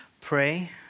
pray